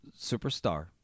superstar